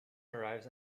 arrives